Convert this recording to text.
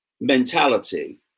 mentality